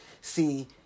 see